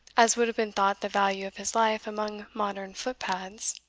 as would have been thought the value of his life among modern foot-pads.